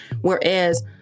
Whereas